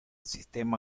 sistema